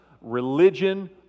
religion